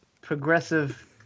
progressive